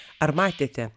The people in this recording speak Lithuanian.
ar matėte